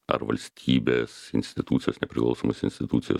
ar valstybės institucijos nepriklausomos institucijos